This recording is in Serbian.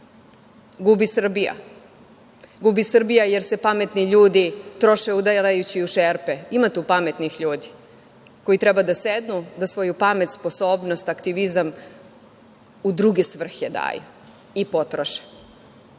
gubi Srbija. Gubi Srbija, jer se pametni ljudi troše udarajući u šerpe. Ima tu pametnih ljudi koji treba da sednu, da svoju pamet, sposobnost, aktivizam u druge svrhe daju i potroše. Dakle,